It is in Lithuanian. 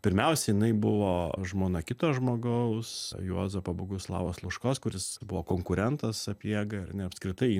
pirmiausia jinai buvo žmona kito žmogaus juozapo boguslavo sluškos kuris buvo konkurentas sapiegai ar ne apskritai